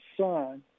son